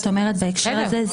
היא אומרת לי שהיא